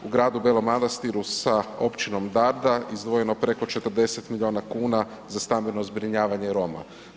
U gradu Belom Manastiru sa općinom Darda izdvojeno preko 40 milijuna kuna za stambeno zbrinjavanje Roma.